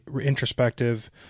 introspective